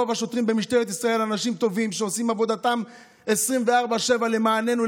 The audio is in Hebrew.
רוב השוטרים במשטרת ישראל אנשים טובים שעושים עבודתם 24/7 למעננו,